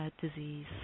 disease